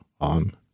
on